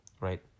Right